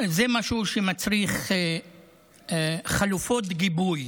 זה משהו שמצריך חלופות גיבוי